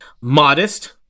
modest